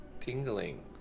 tingling